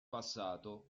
passato